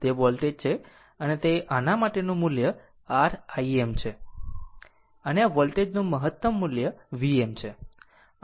તે વોલ્ટેજ છે અને આના માટેનું મૂલ્ય r Im છે અને આ વોલ્ટેજ નું મહત્તમ મુલ્ય Vm છે